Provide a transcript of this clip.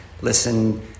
listen